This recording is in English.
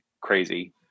crazy